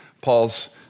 Paul's